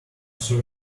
thirty